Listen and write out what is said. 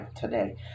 today